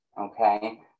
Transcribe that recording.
okay